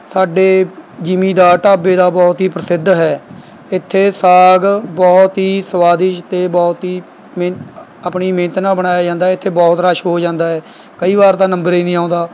ਸਾਡੇ ਜੀਮੀਦਾਰ ਢਾਬੇ ਦਾ ਬਹੁਤ ਹੀ ਪ੍ਰਸਿੱਧ ਹੈ ਇੱਥੇ ਸਾਗ ਬਹੁਤ ਹੀ ਸਵਾਦਿਸ਼ਟ ਅਤੇ ਬਹੁਤ ਹੀ ਮੇਹਨ ਆਪਣੀ ਮਿਹਨਤ ਨਾਲ ਬਣਾਇਆ ਜਾਂਦਾ ਇੱਥੇ ਬਹੁਤ ਰਸ਼ ਹੋ ਜਾਂਦਾ ਹੈ ਕਈ ਵਾਰ ਤਾਂ ਨੰਬਰ ਹੀ ਨਹੀਂ ਆਉਂਦਾ